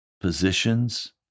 positions